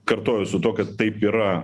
kartoju su tuo kad taip yra